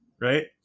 Right